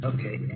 Okay